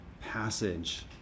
passage